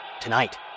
Tonight